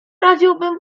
radziłbym